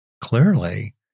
clearly